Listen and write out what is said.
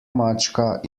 mačka